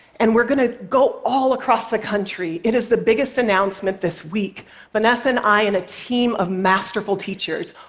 and we're going to go all across the country. it is the biggest announcement this week vanessa and i and a team of masterful teachers,